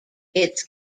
its